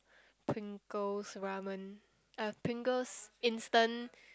Pringles ramen uh Pringles instant